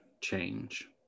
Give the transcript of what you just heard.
change